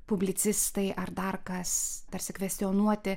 publicistai ar dar kas tarsi kvestionuoti